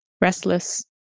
Restless